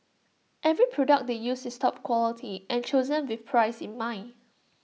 every product they use is top quality and chosen with price in mind